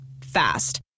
Fast